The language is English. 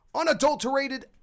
unadulterated